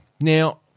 Now